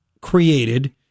created